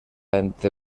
entre